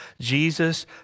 Jesus